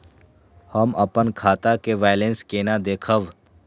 हम अपन खाता के बैलेंस केना देखब?